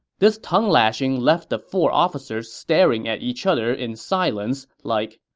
this tongue-lashing left the four officers staring at each other in silence, like,